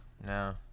No